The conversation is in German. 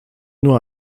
nur